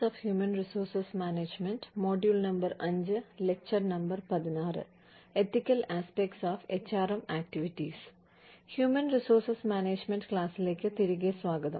human resource management ക്ലാസിലേക്ക് തിരികെ സ്വാഗതം